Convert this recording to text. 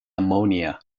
ammonia